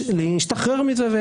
ולהשתחרר מזה,